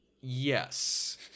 Yes